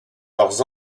leurs